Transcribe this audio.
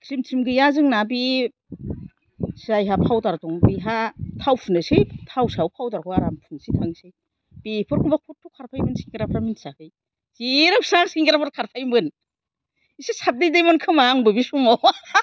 cream टिम गैया जोंना बे जायहा पावदार दं बेहा थाव फुननोसै थाव सायाव फावदारखौ आराम फुनसै थांनोसै बेफोरखौबाबा खथ' खारफायोमोन सेंग्राफ्रा मोनथियाखै जेरावखि थाङा सेंग्राफोर खारफायोमोन एसे साबदे देमोन खोमा आंबो बे समाव